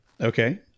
Okay